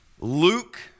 Luke